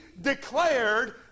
declared